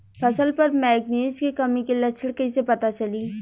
फसल पर मैगनीज के कमी के लक्षण कईसे पता चली?